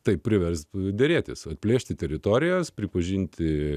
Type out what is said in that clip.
taip priversti derėtis atplėšti teritorijas pripažinti